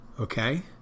Okay